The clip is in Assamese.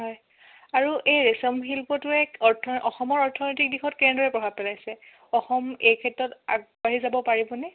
হয় আৰু এই ৰেশম শিল্পটোয়ে অৰ্থ অসমৰ অৰ্থনৈতিক দিশত কেনেদৰে প্ৰভাৱ পেলাইছে অসম এই ক্ষেত্ৰত আগবাঢ়ি যাব পাৰিবনে